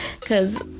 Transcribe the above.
cause